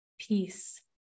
peace